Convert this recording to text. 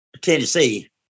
Tennessee